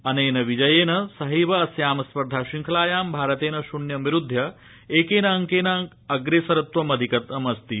अनेन विजयेन सहैव अस्यां स्पर्धा श्रृंखलायां भारतेन शून्यं विरुध्य एकेन अंकेन अप्रेसरत्वम् अधिगतमस्ति